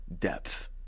Depth